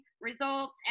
results